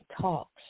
talks